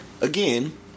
again